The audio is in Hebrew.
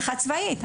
צבאית.